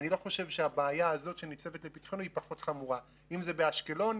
אני לא חושב שהבעיה הזאת שניצבת לפתחנו היא פחות חמורה אם זה באשקלון,